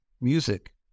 music